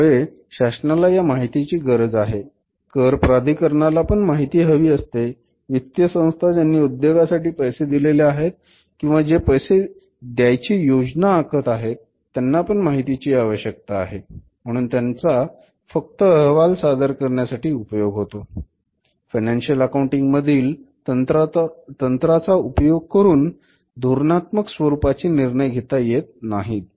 त्यामुळे शासनाला या माहितीची गरज आहे कर प्राधिकरणाला पण माहिती हवी असते वित्तीय संस्था ज्यांनी उद्योगासाठी पैसे दिलेले आहेत किंवा जे पैसे द्यायची योजना आखत आहेत त्यांना पण माहितीची आवश्यकता आहे म्हणून त्याचा फक्त अहवाल सादर करण्यासाठी उपयोग होतो फायनान्शिअल अकाउंटिंग मधील तंत्रांचा उपयोग करून धोरणात्मक स्वरूपाचे निर्णय घेता येत नाहीत